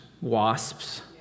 wasps